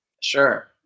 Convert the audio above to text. Sure